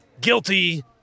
Guilty